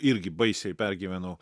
irgi baisiai pergyveno